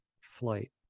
flight